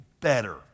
better